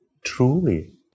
truly